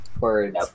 Words